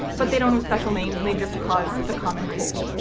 but they don't special names and they just cause the common cold.